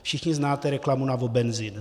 Všichni znáte reklamu na Wobenzym.